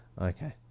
Okay